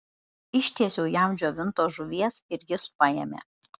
ištiesiau jam džiovintos žuvies ir jis paėmė